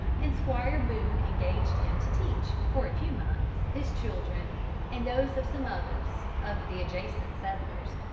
and squire boone engaged him to teach, for a few months, his children and those of some others of the adjacent settlers.